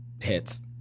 hits